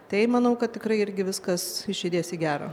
tai manau kad tikrai irgi viskas išjudės į gerą